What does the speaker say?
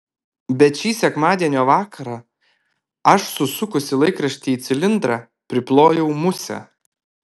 bet šį sekmadienio vakarą aš susukusi laikraštį į cilindrą priplojau musę